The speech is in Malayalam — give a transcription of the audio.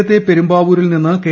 നേരത്തെ പെരുമ്പാവൂരിൽ നിന്ന് കെ